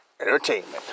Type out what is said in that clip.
Entertainment